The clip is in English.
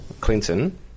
Clinton